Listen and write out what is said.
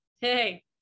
Hey